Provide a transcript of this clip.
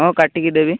ହଁ କାଟିକି ଦେବି